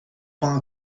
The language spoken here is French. par